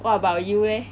what about you leh